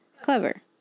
clever